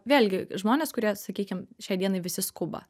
vėlgi žmonės kurie sakykim šiai dienai visi skuba